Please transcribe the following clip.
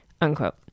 unquote